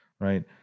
right